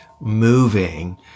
moving